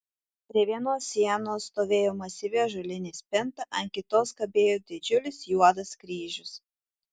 prie vienos sienos stovėjo masyvi ąžuolinė spinta ant kitos kabėjo didžiulis juodas kryžius